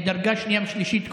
מדרגה שנייה ושלישית,